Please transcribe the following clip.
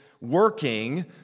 working